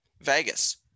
Vegas